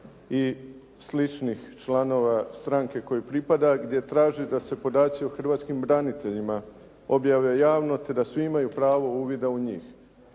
i sličnih članova stranke kojoj pripada gdje traže da se podaci o hrvatskim braniteljima objave javno te da svi imaju pravo uvida u njih.